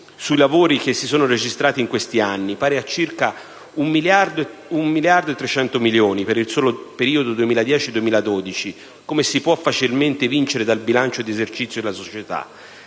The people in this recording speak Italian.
sui lavori che si sono registrati in questi anni, pari a circa 1,3 miliardi di euro per il solo periodo 2010-2012, come si può facilmente evincere dal bilancio di esercizio della società;